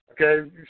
okay